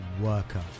Worker